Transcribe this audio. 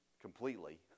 completely